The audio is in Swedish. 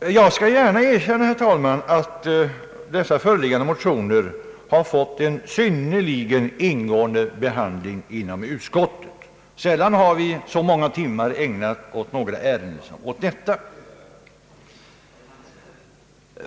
Jag skall gärna erkänna, herr talman, att de föreliggande motionerna har fått en synnerligen ingående behandling inom utskottet. Sällan har så många timmar ägnats åt ett ärende som i detta